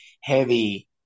heavy